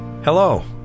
Hello